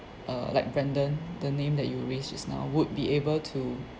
uh like Brandon the name that you raised just now would be able to